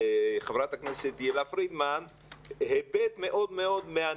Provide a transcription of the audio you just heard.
וחברת הכנסת תהלה פרידמן גם הוסיפה לה היבט מאוד מעניין.